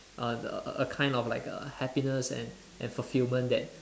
uh a a kind of like a happiness and and fulfilment that